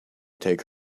take